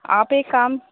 आप एक काम